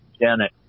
Janet